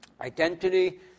Identity